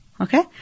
Okay